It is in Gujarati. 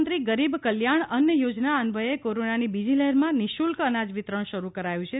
પ્રધાનમંત્રી ગરીબ કલ્યાણ અન્ન યોજના અન્વયે કોરોનાની બીજી લહેરમાં નિઃશુલ્ક અનાજ વિતરણ શરૂ કરાયું છે